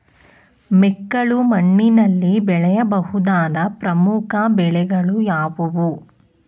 ಮೆಕ್ಕಲು ಮಣ್ಣಿನಲ್ಲಿ ಬೆಳೆಯ ಬಹುದಾದ ಪ್ರಮುಖ ಬೆಳೆಗಳು ಯಾವುವು?